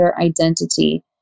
identity